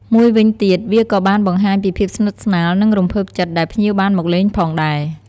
មួយវិញទៀត វាក៏បានបង្ហាញពីភាពស្និទ្ធស្នាល និងរំភើបចិត្តដែលភ្ញៀវបានមកលេងផងដែរ។